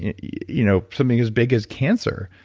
you you know, something as big as cancer,